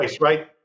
right